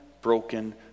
broken